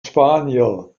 spanier